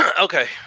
Okay